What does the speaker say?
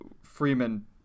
freeman